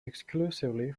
exclusively